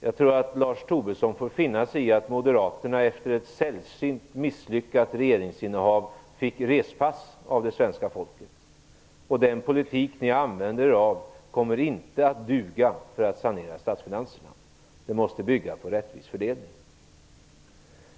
Lars Tobisson får finna sig i att Moderaterna, efter ett sällsynt misslyckat regeringsinnehav, fick respass av svenska folket. Den politik de använder kommer inte att duga för att sanera statsfinanserna. Det måste bygga på rättvis fördelning.